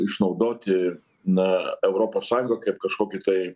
išnaudoti na europos sąjungą kaip kažkokį tai